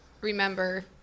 remember